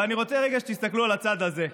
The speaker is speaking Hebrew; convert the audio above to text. אבל אני רוצה רגע שתסתכלו על הצד הזה.